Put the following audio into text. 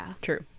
True